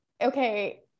okay